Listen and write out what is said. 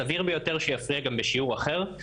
סביר ביותר שיפריע גם בשיעור אחר,